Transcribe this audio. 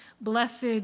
Blessed